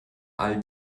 all